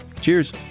cheers